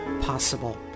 possible